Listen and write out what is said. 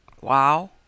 Wow